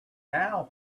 now